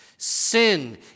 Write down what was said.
Sin